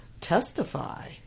testify